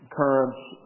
currents